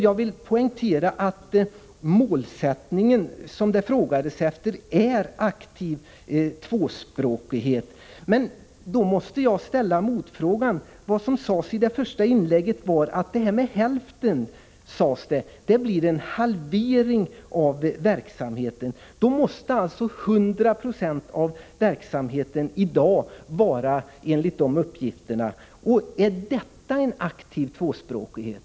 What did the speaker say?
Jag vill poängtera att målsättningen, som det frågades efter, är en aktiv tvåspråkighet. Jag måste ställa en motfråga. I det första inlägget sades att förslaget om hälften innebär en halvering av verksamheten. Det måste alltså innebära att verksamheten i dag är hundraprocentig. Är detta en aktiv tvåspråkighet?